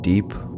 Deep